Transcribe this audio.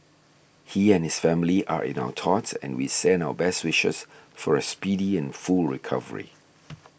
he and his family are in our thoughts and we send our best wishes for a speedy and full recovery